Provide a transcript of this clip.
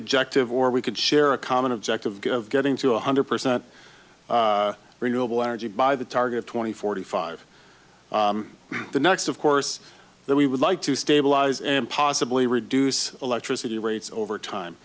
objective or we could share a common objective of getting to one hundred percent renewable energy by the target twenty forty five the next of course that we would like to stabilize and possibly reduce electricity rates over time